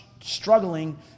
struggling